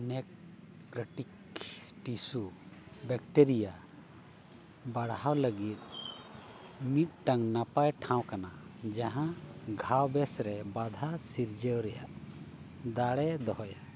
necrotic tissue bacteria ᱵᱟᱲᱦᱟᱣ ᱞᱟᱹᱜᱤᱫ ᱢᱤᱫᱴᱟᱝ ᱱᱟᱯᱟᱭ ᱴᱷᱟᱶ ᱠᱟᱱᱟ ᱡᱟᱦᱟᱸ ᱜᱷᱟᱶ ᱵᱮᱥ ᱨᱮ ᱵᱟᱫᱷᱟ ᱥᱤᱨᱡᱟᱹᱣ ᱨᱮᱭᱟᱜ ᱫᱟᱲᱮ ᱫᱚᱦᱚᱭᱟ